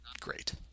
great